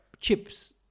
chips